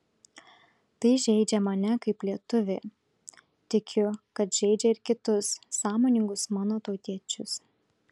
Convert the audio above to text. tai žeidžia mane kaip lietuvį tikiu kad žeidžia ir kitus sąmoningus mano tautiečius